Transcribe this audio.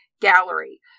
gallery